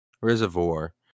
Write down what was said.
Reservoir